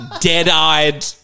dead-eyed